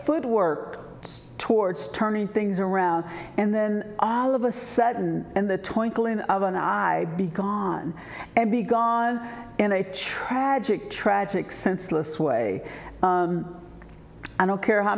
food work towards turning things around and then i'll have a second and the twinkling of an eye be gone and be gone in a tragic tragic senseless way i don't care how